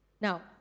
Now